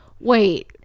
Wait